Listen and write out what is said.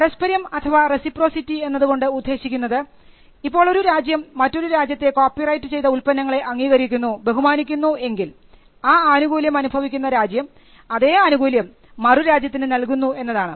പാരസ്പര്യം അഥവാ റെസിപ്റൊസിറ്റി എന്നതുകൊണ്ട് ഉദ്ദേശിക്കുന്നത് ഇപ്പോൾ ഒരു രാജ്യം മറ്റൊരു രാജ്യത്തെ കോപ്പിറൈറ്റ് ചെയ്ത ഉൽപ്പന്നങ്ങളെ അംഗീകരിക്കുന്നു ബഹുമാനിക്കുന്നു എങ്കിൽ ആ ആനുകൂല്യം അനുഭവിക്കുന്ന രാജ്യം അതേ ആനുകൂല്യം മറു രാജ്യത്തിന് നൽകുന്നു എന്നതാണ്